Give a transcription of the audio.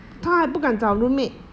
她还不敢找 roommate